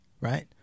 right